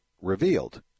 revealed